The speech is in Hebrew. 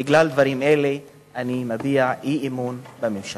בגלל דברים אלה אני מביע אי-אמון בממשלה.